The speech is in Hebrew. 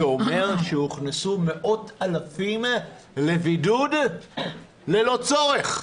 זה אומר שהוכנסו מאות אלפים לבידוד ללא צורך.